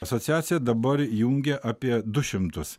asociacija dabar jungia apie du šimtus